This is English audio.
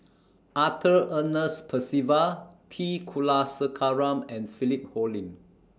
Arthur Ernest Percival T Kulasekaram and Philip Hoalim